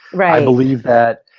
i believe that.